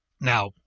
now